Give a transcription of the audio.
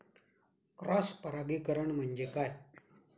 Cross परागीकरण म्हणजे काय?